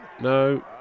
No